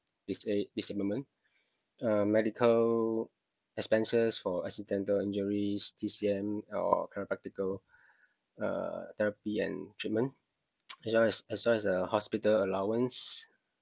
disa~ disablement um medical expenses for accidental injuries T_C_M or chiropractical uh therapy and treatment as well as as well as the hospital allowance